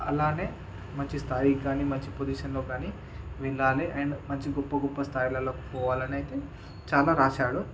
అలానే మంచి స్థాయికి కానీ మంచి పొజిషన్లోకి కానీ వెళ్ళాలి అండ్ మంచి గొప్ప గొప్ప స్థాయిలలోకి పోవాలనైతే చాలా వ్రాసాడు